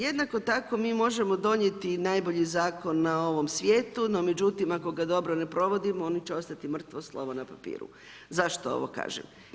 Jednako tako mi možemo donijeti i najbolji zakon na ovom svijetu, no međutim ako ga dobro ne provodimo, oni će ostati mrtvo slovo na papiru, zašto ovo kažem?